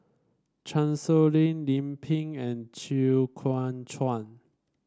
Chan Sow Lin Lim Pin and Chew Kuang Chuan